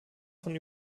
von